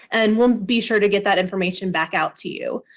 and we'll be sure to get that information back out to you.